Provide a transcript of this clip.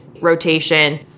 rotation